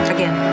Again